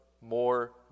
more